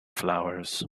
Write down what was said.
flowers